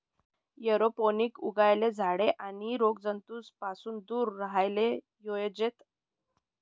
aeroponic उगायेल झाडे रोग आणि रोगजंतूस पासून दूर राव्हाले जोयजेत